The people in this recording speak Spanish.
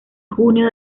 junio